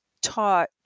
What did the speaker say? taught